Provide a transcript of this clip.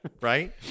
Right